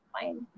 fine